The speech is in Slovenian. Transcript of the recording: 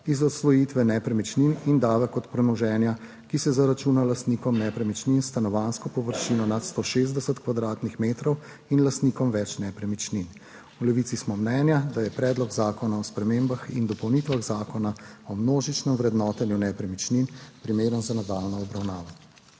iz odsvojitve nepremičnin in davek od premoženja, ki se zaračuna lastnikom nepremičnin s stanovanjsko površino nad 160 m2 in lastnikom več nepremičnin. V Levici smo mnenja, da je Predlog zakona o spremembah in dopolnitvah Zakona o množičnem vrednotenju nepremičnin primeren za nadaljnjo obravnavo.